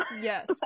yes